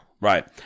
Right